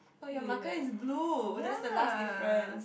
oh your marker is blue that's the last difference